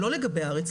לא לגבי הארץ,